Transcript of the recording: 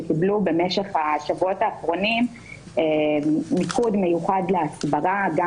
שקיבלו במשך השבועות האחרונים מיקוד מיוחד להסברה גם